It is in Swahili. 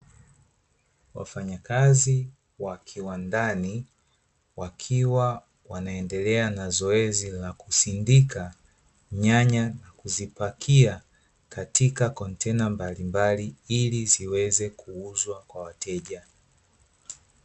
Wafanyakazi wa kiwandani, wakiwa wanaendelea na zoezi la kusindika nyanya na kuzipakia katika kontena mbalimbali, ili ziweze kuuzwa kwa wateja.